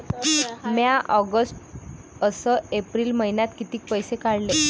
म्या ऑगस्ट अस एप्रिल मइन्यात कितीक पैसे काढले?